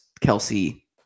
Kelsey